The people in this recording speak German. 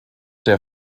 der